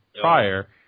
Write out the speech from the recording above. prior